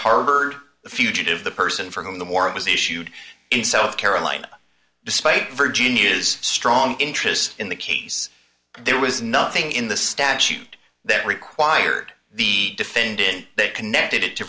the fugitive the person for whom the war was issued in south carolina despite virginia is strong interest in the case there was nothing in the statute that required the defendant that connected